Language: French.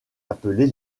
appelés